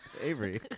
Avery